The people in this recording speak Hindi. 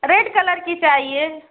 रेड कलर की चाहिए